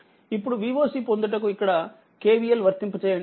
ఇప్పుడు Vocపొందుటకుఇక్కడ KVLవర్తింప చేయండి